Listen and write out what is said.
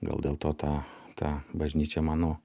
gal dėl to ta ta bažnyčia mano